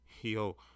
yo